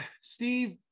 Steve